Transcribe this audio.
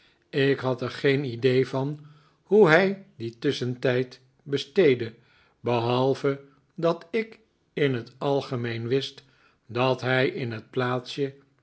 ik had er geen idee van hoe hij dien tusschentijd besteedde behalve dat ik in het algemeen wist dat hij in het plaatsje